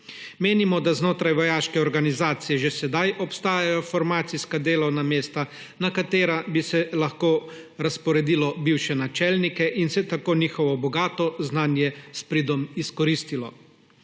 Menimo, da znotraj vojaške organizacije že sedaj obstajajo formacijska delovna mesta, na katera bi se lahko razporedilo bivše načelnike in se tako njihovo bogato znanje s pridom izkoristilo. Možnost